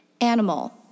animal